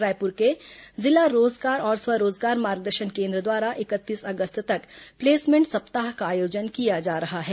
रायपुर के जिला रोजगार और स्वरोजगार मार्गदर्शन केन्द्र द्वारा इकतीस अगस्त तक प्लेसमेंट सप्ताह का आयोजन किया जा रहा है